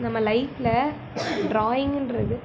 நம்ம லைஃப்பில் ட்ராயிங்குங்றது